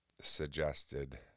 suggested